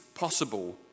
possible